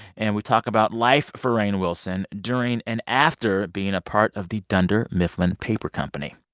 and we talk about life for rainn wilson during and after being a part of the dunder mifflin paper company.